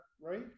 right